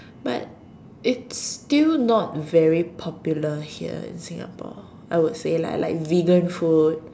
but it's still not very popular here in Singapore I would say lah like vegan food